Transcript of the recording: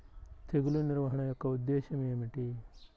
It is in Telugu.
తెగులు నిర్వహణ యొక్క ఉద్దేశం ఏమిటి?